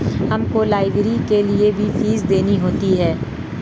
हमको लाइब्रेरी के लिए भी फीस देनी होती है